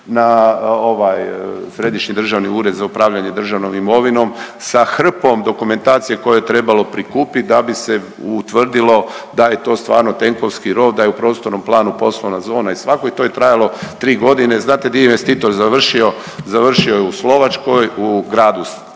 Središnji državni ured za upravljanje državnom imovinom sa hrpom dokumentacije koju je trebalo prikupiti da bi se utvrdilo da je to stvarno tenkovski rov, da je u prostornom planu poslovna zona i svako, to je trajalo 3 godine i znate di je investitor završio? Završio je u Slovačkoj u Gradu Stenice